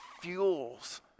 fuels